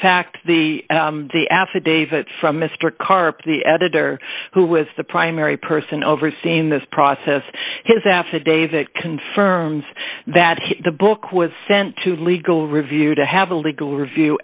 fact the the affidavit from mr karp the editor who was the primary person overseeing this process his affidavit confirms that the book was sent to legal review to have a legal review